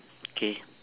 K